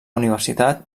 universitat